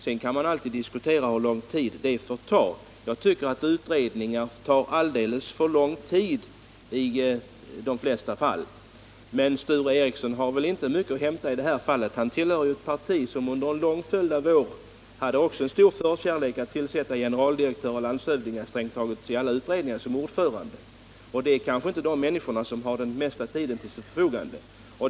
Sedan kan man alltid diskutera hur lång tid arbetet får ta. Jag tycker att utredningar i de festa fall tar alldeles för lång tid. Men Sture Ericson har väl inte mycket att hämta i det här fallet. Han tillhör ju ett parti som under en lång följd av år hade stor förkärlek för att i strängt taget alla utredningar tillsätta generaldirektörer och landshövdingar som ordförande. Och det är kanske inte de människor som har mest tid till sitt förfogande.